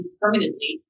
permanently